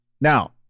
Now